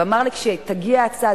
ואמר לי: כשתגיע ההצעה,